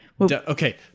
Okay